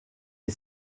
les